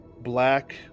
black